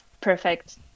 perfect